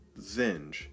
Zinge